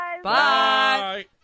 Bye